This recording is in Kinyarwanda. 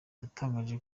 yatangaje